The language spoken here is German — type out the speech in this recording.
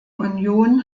union